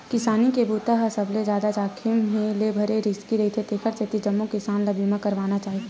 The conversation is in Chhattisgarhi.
किसानी के बूता ह सबले जादा जाखिम ले भरे रिस्की रईथे तेखर सेती जम्मो किसान ल बीमा करवाना चाही